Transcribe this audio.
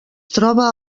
troba